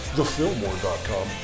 TheFillmore.com